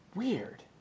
weird